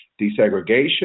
desegregation